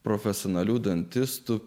profesionalių dantistų